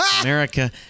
America